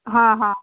हां हां